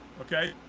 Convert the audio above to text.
Okay